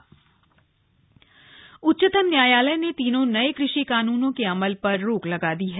किसान कानन उच्चतम न्यायालय ने तीनों नए कृषि कानूनों के अमल पर रोक लगा दी है